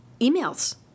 emails